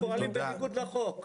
אתם פועלים בניגוד לחוק.